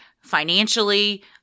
financially